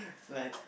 goodnight